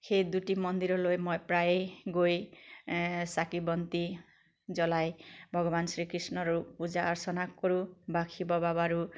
সেই দুটি মন্দিৰলৈ মই প্ৰায়ে গৈ চাকি বন্তি জ্বলাই ভগৱান শ্ৰীকৃষ্ণৰো পূজা অৰ্চনা কৰোঁ বা শিৱ বাবাৰো